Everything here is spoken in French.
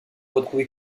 retrouvais